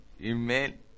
Amen